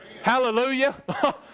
hallelujah